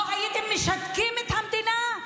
הייתם משתקים את המדינה?